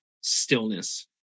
stillness